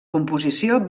composició